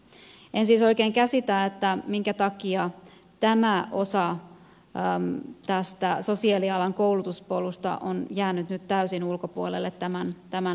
en siis oikein käsitä minkä takia tämä osa tästä sosiaalialan koulutuspolusta on jäänyt nyt täysin tämän lakiesityksen ulkopuolelle